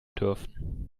dürfen